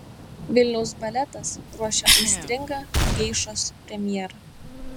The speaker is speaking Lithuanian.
vilniaus baletas ruošia aistringą geišos premjerą